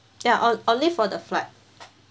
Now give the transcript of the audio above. ya on~ only for the flight